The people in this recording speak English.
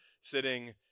sitting